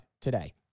today